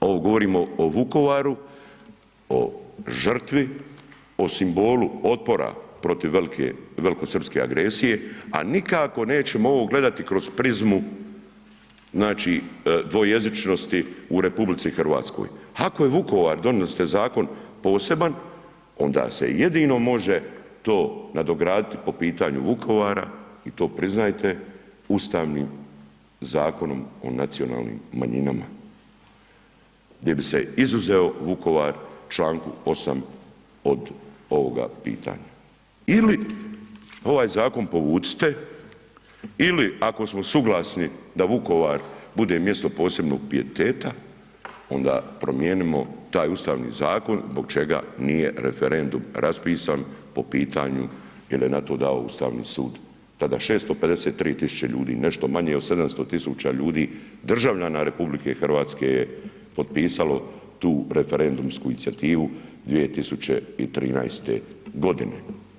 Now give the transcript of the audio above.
Ovo govorimo o Vukovaru, o žrtvi, o simbolu otpora protiv velikosrpske agresije, a nikako nećemo ovo gledati kroz prizmu dvojezičnosti u RH. ako je Vukovar donijeli ste zakon poseban, onda se jedino može to nadograditi po pitanju Vukovara i to priznajte Ustavnim zakonom o nacionalnim manjinama, gdje bi se izuzeo Vukovar čl. 8. od ovoga pitanja ili ovaj zakon povucite ili ako smo suglasni da Vukovar bude mjesto posebnog pijeteta onda promijenimo taj ustavni zakon zbog čega nije referendum raspisan po pitanju jel je na to dao Ustavni sud da ga 653.000 ljudi nešto manje od 700.000 ljudi, državljana RH je potpisalo tu referendumsku inicijativu 2013. godine.